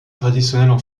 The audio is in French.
traditionnelles